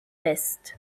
vest